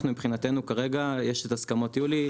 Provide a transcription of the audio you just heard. מבחינתנו כרגע יש את הסכמות יולי,